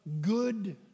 good